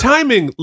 Timing